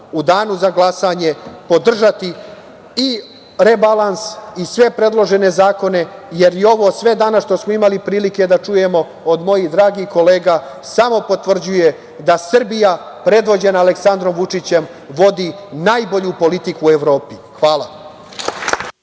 u danu za glasanje podržati i rebalans i sve predložene zakone, jer i ovo sve danas što smo imali prilike da čujemo od mojih dragih kolega samo potvrđuje da Srbija predvođena Aleksandrom Vučićem vodi najbolju politiku u Evropi. Hvala.